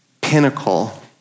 pinnacle